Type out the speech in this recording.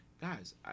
guys